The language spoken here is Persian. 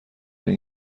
این